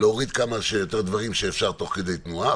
להוריד כמה שיותר דברים שאפשר תוך כדי תנועה,